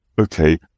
okay